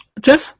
Jeff